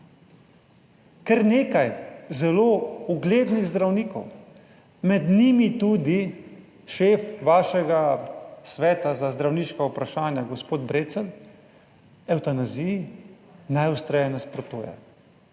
Kar nekaj zelo uglednih zdravnikov, med njimi tudi šef vašega sveta za zdravniška vprašanja, gospod Brecelj evtanaziji najostreje nasprotuje